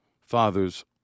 father's